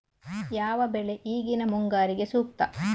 ಯಾವ ಬೆಳೆ ಈಗಿನ ಮುಂಗಾರಿಗೆ ಸೂಕ್ತ?